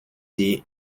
die